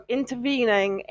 intervening